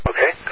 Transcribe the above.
Okay